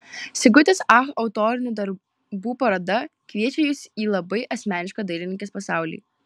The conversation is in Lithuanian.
sigutės ach autorinių darbų paroda kviečia jus į labai asmenišką dailininkės pasaulį